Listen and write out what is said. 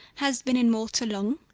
hast been in malta long?